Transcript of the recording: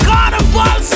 Carnival